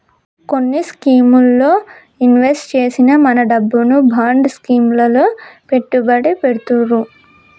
కొన్ని స్కీముల్లో ఇన్వెస్ట్ చేసిన మన డబ్బును బాండ్ స్కీం లలో పెట్టుబడి పెడతుర్రు